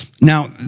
Now